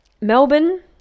melbourne